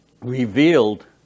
revealed